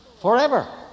forever